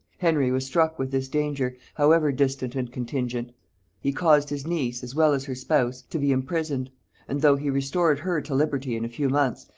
henry was struck with this danger, however distant and contingent he caused his niece, as well as her spouse, to be imprisoned and though he restored her to liberty in a few months,